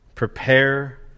Prepare